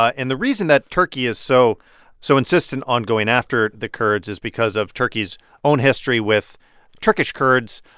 ah and the reason that turkey is so so insistent on going after the kurds is because of turkey's own history with turkish kurds,